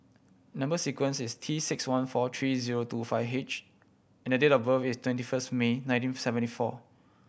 number sequence is T six one four three zero two five H and date of birth is twenty first May nineteen seventy four